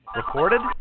recorded